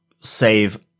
save